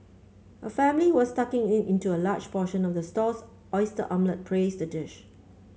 a family was tucking in into a large portion of the stall's oyster omelette praised the dish